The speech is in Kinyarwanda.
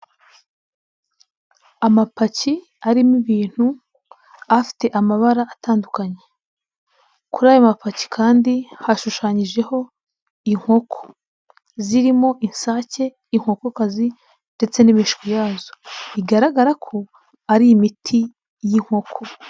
Amapaki arimo ibintu afite amabara atandukanye. Kuri ayo mapaki kandi hashushanyijeho inkoko zirimo insake, inkokokazi ndetse n'imishwi yazo. Bigaragara ko ari imiti y'inkoko.